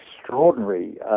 extraordinary